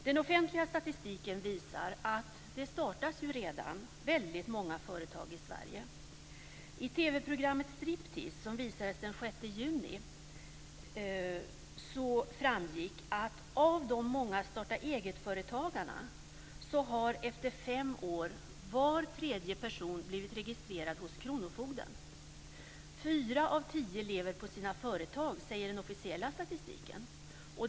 Den offentliga statistiken visar att det redan startats väldigt många företag i Sverige. I TV programmet Striptease som visades den 6 juni framgick att av de många starta-eget-företagarna har efter fem år var tredje person blivit registrerad hos Kronofogden. Fyra av tio lever på sina företag säger den officiella statistiken.